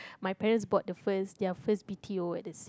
my parents bought the first their first b_t_o at